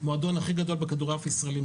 המועדון הכי גדול בכדורעף הישראלי,